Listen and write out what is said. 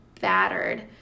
battered